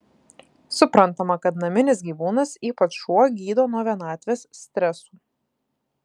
suprantama kad naminis gyvūnas ypač šuo gydo nuo vienatvės stresų